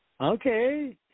Okay